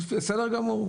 בסדר גמור.